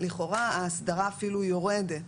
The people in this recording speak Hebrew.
לכאורה ההסדרה אפילו יורדת,